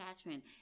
attachment